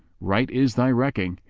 right is thy recking,